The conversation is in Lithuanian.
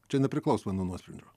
čia nepriklausomai nuo nuosprendžio